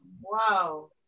Wow